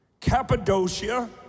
Cappadocia